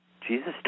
Jesus